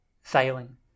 failing